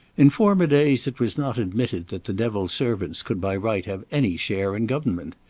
in former days it was not admitted that the devil's servants could by right have any share in government.